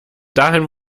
dahin